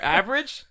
average